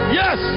yes